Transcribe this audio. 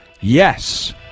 yes